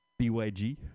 BYG